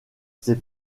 ces